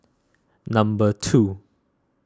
number two